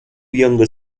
younger